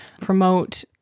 promote